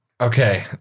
Okay